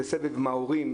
זה סבב עם ההורים,